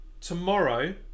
tomorrow